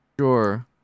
Sure